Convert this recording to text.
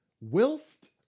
whilst